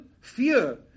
fear